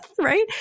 right